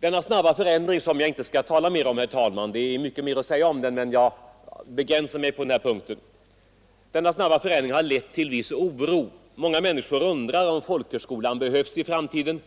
Denna snabba förändring — det är mycket mer att säga om den men jag begränsar mig på den här punkten — har lett till viss oro och osäkerhet. Många människor undrar om folkhögskolan behövs i framtiden,